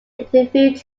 interviewed